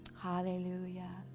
Hallelujah